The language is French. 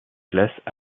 classent